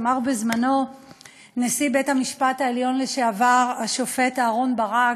אמר בזמנו נשיא בית-המשפט העליון לשעבר השופט אהרן ברק,